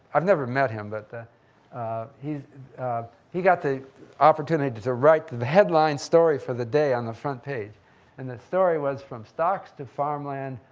i've never met him, but he he got the opportunity to to write the the headline story for the day on the front page and the story was from stocks to farmland,